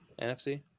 NFC